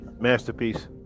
Masterpiece